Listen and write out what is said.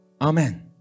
Amen